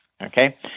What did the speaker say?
okay